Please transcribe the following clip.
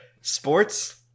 Sports